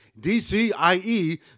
dcie